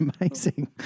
amazing